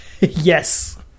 yes